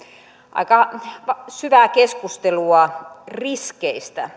aika syvää keskustelua riskeistä